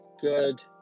good